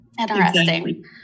Interesting